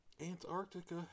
Antarctica